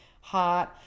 heart